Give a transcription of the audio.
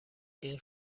این